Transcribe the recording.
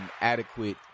adequate